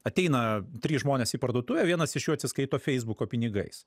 ateina trys žmonės į parduotuvę vienas iš jų atsiskaito feisbuko pinigais